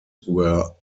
were